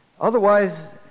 Otherwise